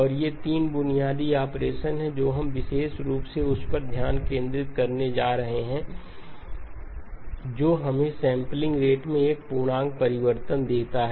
और ये 3 बुनियादी ऑपरेशन हैं जो हम विशेष रूप से उस पर ध्यान केंद्रित करने जा रहे हैं जो हमें सेंपलिंग रेट में एक पूर्णांक परिवर्तन देता है